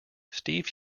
steve